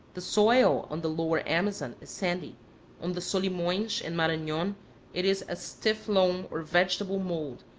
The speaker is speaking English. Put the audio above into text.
the soil on the lower amazon is sandy on the solimoens and maranon it is a stiff loam or vegetable mould,